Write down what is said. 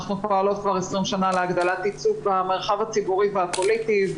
אנחנו פועלות כבר 20 שנה להגדלת ייצוג במרחב הציבורי והפוליטי.